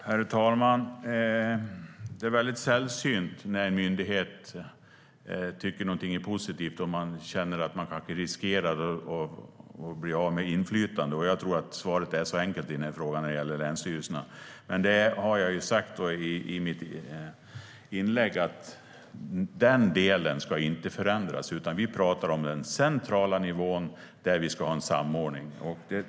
Herr talman! Det är väldigt sällsynt att en myndighet tycker att någonting är positivt när man känner att man kanske riskerar att bli av med inflytande. Jag tror att svaret på den frågan är så enkelt när det gäller länsstyrelserna. Jag har i mitt inlägg sagt att den delen inte ska förändras. Vi talar om den centrala nivån där vi ska ha en samordning.